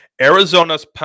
Arizona's